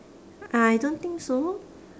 I don't think so